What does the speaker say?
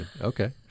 Okay